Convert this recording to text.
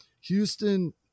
Houston